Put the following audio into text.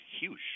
huge